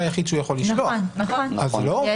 בעניין.